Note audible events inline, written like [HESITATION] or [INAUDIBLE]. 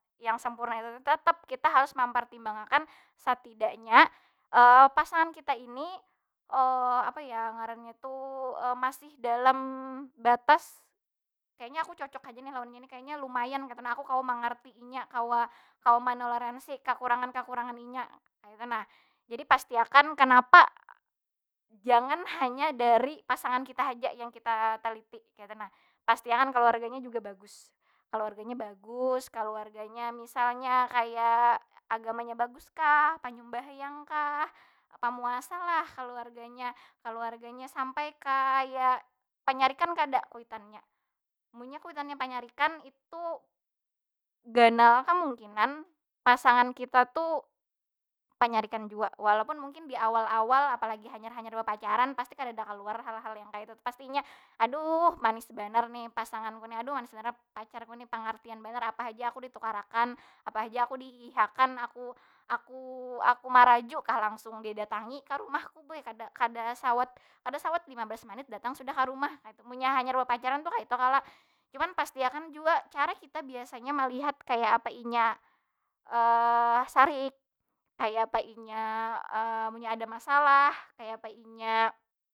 Yang sempurna itu tu, tetep kita harus mempertimbang akan, satidaknya [HESITATION] pasangan kita ini [HESITATION] apa ya ngarannya tuh, [HESITATION] masih dalam batas, kayanya aku cocok haja nih lawan inya nih, kayanya lumayan kaytu nah. Aku kawa mangarti inya, kawa manoleransi kakurangan- kakurangan inya, kaytu nah. Jadi pasti akan kenapa, jangan hanya dari pasangan kita haja yang kita taliti, kaytu nah. Pasti akan kaluarganya juga bagus. Kaluarganya bagus, kaluarganya misalnya kaya agamanya bagus kah, panyumbahyang kah, pamuasa lah kaluarganya, kaluarganya. Sampai kaya penyarikan kada kuitannya? Munnya kuitannya penyarikan, itu ganal kemungkinan pasangan kita tu panyarikan jua. Walaupun mungkin di awal- awal, apa lagi hayar- hanyar bapacaran pasti kadada kaluar hal- hal yang kaya itu. Pasti inya, aduh manis banar nih pasangan ku nih, aduh manis banar pacarku ni, pangartian banar apa haja aku ditukar akan. Apa haja aku dihiih akan, aku- aku- aku maraju kah langsung didatangi ka rumah ku, uy kada- kada sawat, kada sawat lima belas menit datang sudah ka rumah. Kaytu munnya hanyar bapacaran tu, kaytu kalo? Cuman pasti akan jua cara kita biasanya malihat kaya apa inya [HESITATION] sarik, kaya apa inya [HESITATION] munnya ada maslah, kaya apa inya.